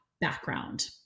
background